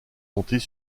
montés